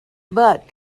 but